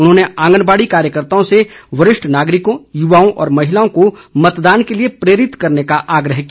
उन्होंने आगनबाड़ी कार्यकर्ताओं से वरिष्ठ नागरिकों युवाओं और महिलाओं को मतदान के लिए प्रेरित करने का आग्रह किया